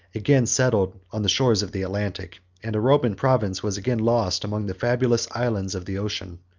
again settled on the shores of the atlantic, and a roman province was again lost among the fabulous islands of the ocean.